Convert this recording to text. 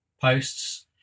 posts